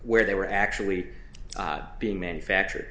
where they were actually being manufactured